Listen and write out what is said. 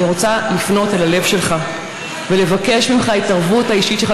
אני רוצה לפנות אל הלב שלך ולבקש ממך את ההתערבות האישית שלך,